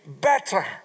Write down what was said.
better